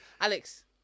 Alex